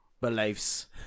beliefs